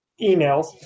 emails